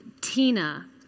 Tina